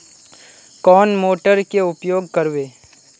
कौन मोटर के उपयोग करवे?